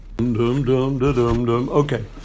Okay